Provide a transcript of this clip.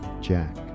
jack